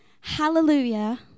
hallelujah